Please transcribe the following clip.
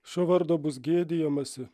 šio vardo bus gėdijamasi